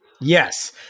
Yes